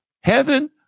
heaven